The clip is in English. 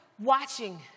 watching